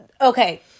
Okay